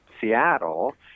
Seattle